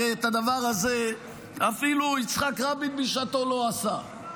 הרי את הדבר הזה אפילו יצחק רבין בשעתו לא עשה.